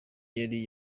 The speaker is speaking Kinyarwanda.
yari